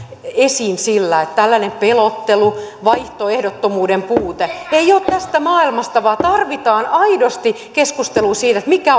esiin että tällainen pelottelu vaihtoehdottomuuden puute ei ole tästä maailmasta vaan tarvitaan aidosti keskustelua siitä mikä